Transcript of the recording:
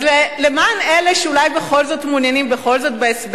אז למען אלה שאולי בכל זאת מעוניינים בהסבר,